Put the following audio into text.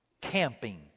camping